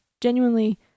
genuinely